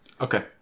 Okay